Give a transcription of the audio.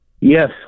Yes